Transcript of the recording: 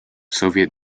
soviet